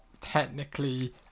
technically